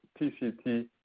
TCT